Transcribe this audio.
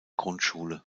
grundschule